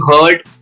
heard